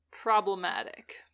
problematic